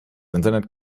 internet